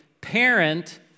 parent